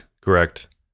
correct